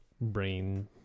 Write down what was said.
brain